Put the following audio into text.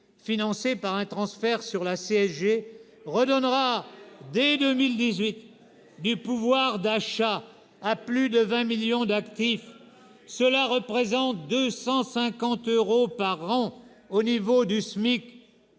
financée par un transfert sur la CSG, redonnera dès 2018 du pouvoir d'achat à plus de 20 millions d'actifs. » Et les retraites ?...« Cela représente 250 euros par an au niveau du SMIC.